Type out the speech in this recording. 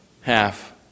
half